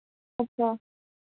अच्छा